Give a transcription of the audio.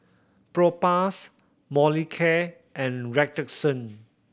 Propass Molicare and Redoxon